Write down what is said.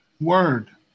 Word